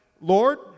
Lord